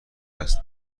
است